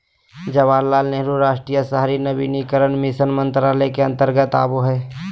जवाहरलाल नेहरू राष्ट्रीय शहरी नवीनीकरण मिशन मंत्रालय के अंतर्गत आवो हय